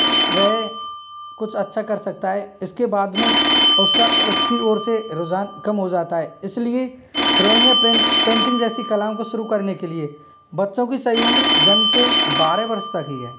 वह कुछ अच्छा कर सकता है इसके बाद में उसका उसकी ओर से रुझान कम हो जाता है इसलिए ड्रॉइंग या पेंटिंग जैसी कलाओं को शुरू करने के लिए बच्चों की सही उम्र जन्म से बारह वर्ष तक ही है